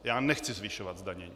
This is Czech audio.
Já nechci zvyšovat zdanění.